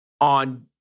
on